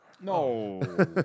No